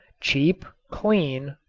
cheap, clean,